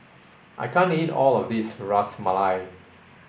I can't eat all of this Ras Malai